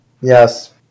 Yes